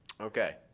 Okay